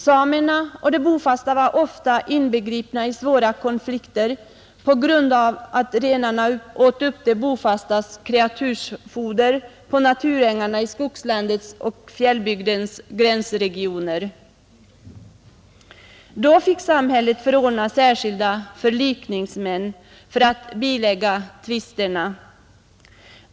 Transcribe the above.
Samerna och de bofasta var ofta inbegripna i svåra konflikter på grund av att renarna åt upp de bofastas kreatursfoder på naturängarna i skogslandet och fjällvärldens gränsregioner. Då fick samhället förordna särskilda förlikningsmän att bilägga tvisterna.